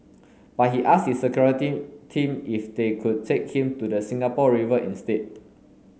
but he asked his security team if they could take him to the Singapore River instead